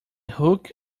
hook